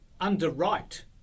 underwrite